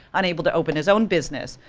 unable to open his own business.